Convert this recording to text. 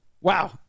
wow